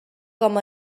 com